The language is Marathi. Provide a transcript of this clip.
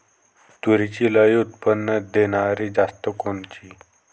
तूरीची लई उत्पन्न देणारी जात कोनची?